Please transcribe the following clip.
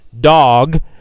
dog